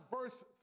Verse